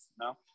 no